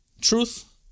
Truth